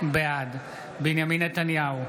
בעד בנימין נתניהו,